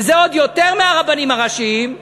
שזה עוד יותר מהרבנים הראשיים,